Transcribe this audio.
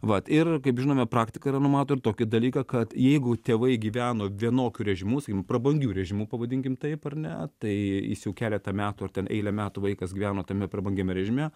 vat ir kaip žinome praktika yra numato ir tokį dalyką kad jeigu tėvai gyveno vienokiu režimu sakykim prabangiu režimu pavadinkim taip ar ne tai jis jau keletą metų ar ten eilę metų vaikas gyvena tame prabangiame režime